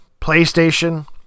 PlayStation